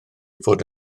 fod